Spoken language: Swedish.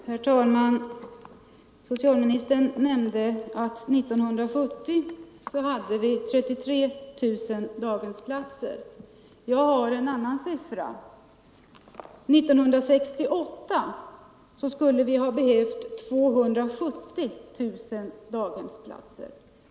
Herr talman! Socialministern nämnde att 1970 hade vi 33 000 daghemsplatser. Jag har en annan siffra: 1968 skulle vi ha behövt 270 000 daghemsplatser.